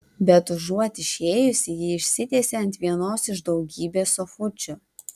bet užuot išėjusi ji išsitiesė ant vienos iš daugybės sofučių